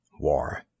War